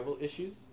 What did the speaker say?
issues